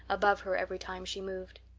above her every time she moved.